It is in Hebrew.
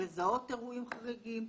לזהות אירועים חריגים,